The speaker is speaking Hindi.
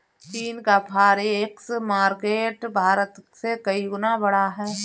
चीन का फॉरेक्स मार्केट भारत से कई गुना बड़ा है